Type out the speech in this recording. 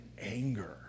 anger